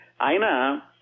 Aina